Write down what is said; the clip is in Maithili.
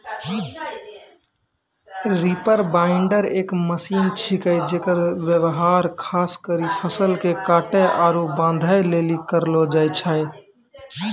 रीपर बाइंडर एक मशीन छिकै जेकर व्यवहार खास करी फसल के काटै आरू बांधै लेली करलो जाय छै